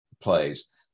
plays